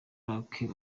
luc